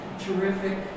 terrific